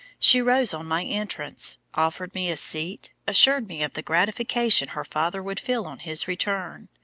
she rose on my entrance, offered me a seat, assured me of the gratification her father would feel on his return,